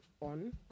on